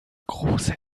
große